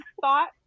thought